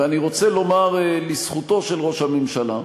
ואני רוצה לומר לזכותו של ראש הממשלה,